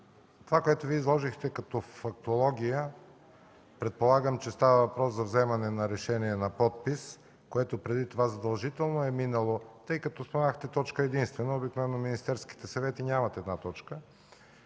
това, което Вие изложихте като фактология, предполагам, че става въпрос за вземане на решение на подпис, което преди това задължително е минало. Тъй като споменахте точка единствена, обикновено министерските съвети нямат една точка.